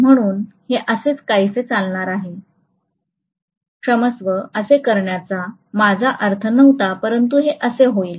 म्हणून हे असेच काहीसे चालणार आहे क्षमस्व असे करण्याचा माझा अर्थ नव्हता परंतु हे असे होईल